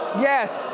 yes,